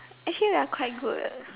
actually we're quite good